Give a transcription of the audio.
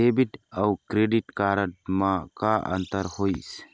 Debit अऊ credit card म का अंतर होइस?